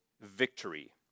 victory